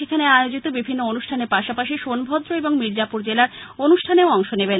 সেখানে আয়োজিত বিভিন্ন অনুষ্ঠানের পাশাপাশি সোনভদ্র এবং মির্জাপুর জেলার অনুষ্ঠানেও অংশ নেবেন